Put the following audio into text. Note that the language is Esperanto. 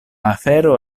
afero